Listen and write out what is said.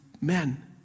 men